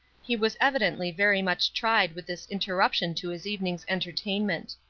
he was evidently very much tried with this interruption to his evening's entertainment.